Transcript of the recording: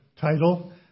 title